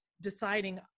deciding